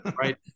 Right